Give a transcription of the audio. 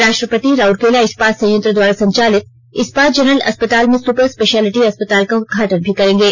राष्ट्रपति राउरकेला इस्पात संयंत्र द्वारा संचालित इस्पात जनरल अस्पताल में सुपर स्पेशियलिटी अस्पताल का उद्घाटन भी करेंगे